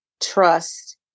trust